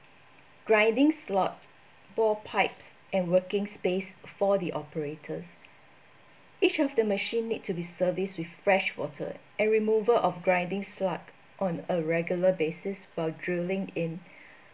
grinding slot bore pipes and working space for the operators each of the machine need to be serviced with freshwater and removal of grinding slug on a regular basis while drilling in